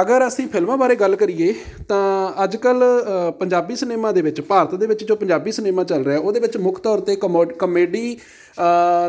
ਅਗਰ ਅਸੀਂ ਫਿਲਮਾਂ ਬਾਰੇ ਗੱਲ ਕਰੀਏ ਤਾਂ ਅੱਜ ਕੱਲ੍ਹ ਪੰਜਾਬੀ ਸਿਨੇਮਾ ਦੇ ਵਿੱਚ ਭਾਰਤ ਦੇ ਵਿੱਚ ਜੋ ਪੰਜਾਬੀ ਸਿਨੇਮਾ ਚੱਲ ਰਿਹਾ ਉਹਦੇ ਵਿੱਚ ਮੁੱਖ ਤੌਰ 'ਤੇ ਕਮੋ ਕਮੇਡੀ